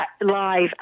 live